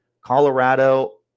Colorado